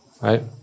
Right